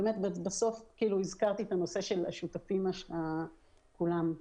הזכרתי את הנושא של השותפים כולם.